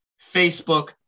Facebook